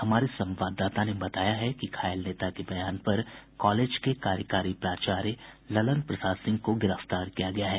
हमारे संवाददाता ने बताया है कि घायल नेता के बयान पर कॉलेज के कार्यकारी प्राचार्य ललन प्रसाद सिंह को गिरफ्तार किया गया है